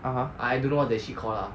(uh huh)